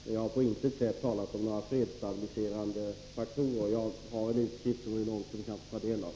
Men jag har på intet sätt talat om några fredsstabiliserande faktorer. Jag har en utskrift här som Rune Ångström kan få ta del av.